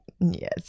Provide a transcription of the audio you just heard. yes